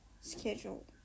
schedule